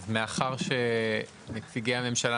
אז מאחר שנציגי הממשלה,